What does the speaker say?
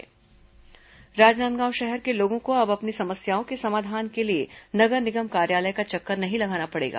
Rajnandgaon helpline number Rajnandgaon शहर के लोगों को अब अपनी समस्याओं के समाधान के लिए नगर निगम कार्यालय का चक्कर नहीं लगाना पड़ेगा